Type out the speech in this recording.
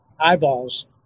eyeballs